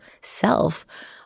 SELF